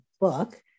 book